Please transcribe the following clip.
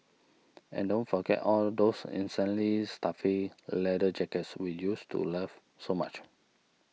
and don't forget all those insanely stuffy leather jackets we used to love so much